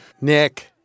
Nick